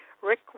Rick